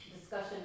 discussion